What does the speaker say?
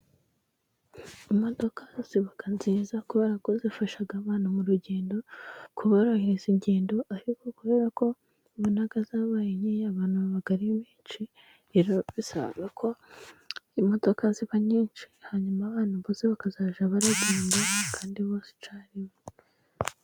Imodoka ziba nziza kubera ko zafasha abantu mu rugendo, kuborohereza ingendo, ariko kubera ko imbaraga zabaye nkeya, abantu barasaba ko imodoka ziba nyinshi, hanyuma abantu bose bakazajya baragenda kandi nta kibazo kirimo.